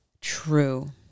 true